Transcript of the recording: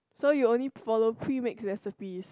so you only follow premix recipes